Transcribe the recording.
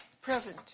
Present